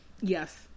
Yes